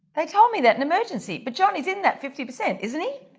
they told me that in emergency, but jhonnie is in that fifty percent isn't he?